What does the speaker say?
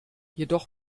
jedoch